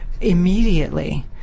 immediately